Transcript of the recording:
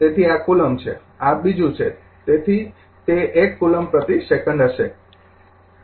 તેથી આ કુલમ્બ છે આ બીજું છે તેથી તે ૧ કુલમ્બ પ્રતિ સેકંડ હશે